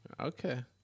Okay